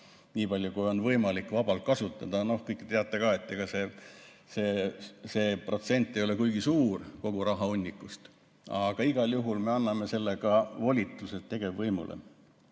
nii palju, kui on võimalik vabalt kasutada. Kõik te teate ka, et ega see protsent ei ole kuigi suur kogu rahahunnikust, aga igal juhul me anname sellega volitused tegevvõimule.